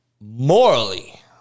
morally